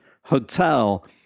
hotel